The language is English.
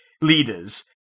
leaders